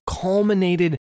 culminated